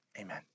Amen